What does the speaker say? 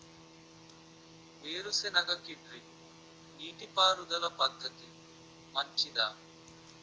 వేరుసెనగ కి డ్రిప్ నీటిపారుదల పద్ధతి మంచిదా?